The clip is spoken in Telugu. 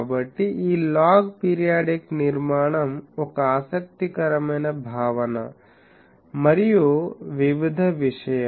కాబట్టి ఈ లాగ్ పిరియాడిక్ నిర్మాణం ఒక ఆసక్తికరమైన భావన మరియు వివిధ విషయం